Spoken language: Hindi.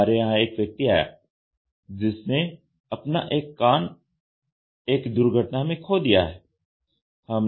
हमारे यहां एक व्यक्ति आया जिसने अपना एक कान एक दुर्घटना में खो दिया है